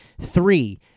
Three